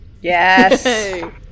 yes